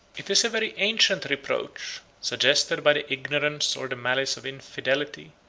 it is a very ancient reproach, suggested by the ignorance or the malice of infidelity,